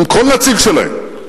עם כל נציג שלהם,